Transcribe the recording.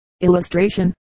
Illustration